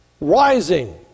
rising